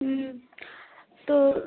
तो